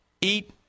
eat